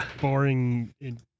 boring